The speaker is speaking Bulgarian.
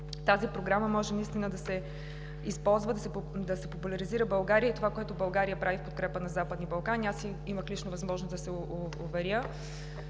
тази Програма може да се използва, да се популяризира България и това, което България прави в подкрепа на Западните Балкани. Аз имах лично възможност да се уверя